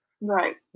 Right